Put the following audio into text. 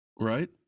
Right